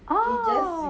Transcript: oh